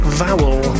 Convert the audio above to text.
vowel